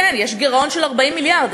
כן יש גירעון של 40 מיליארד,